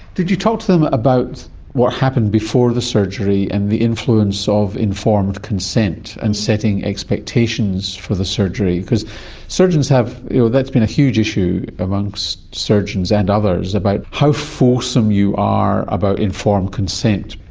did you talk to them about what happened before the surgery and the influence of informed consent and setting expectations for the surgery? because surgeons have, you know, that's been a huge issue amongst surgeons and others about how fulsome you are about informed consent.